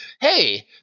hey